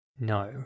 No